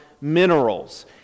minerals